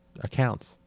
accounts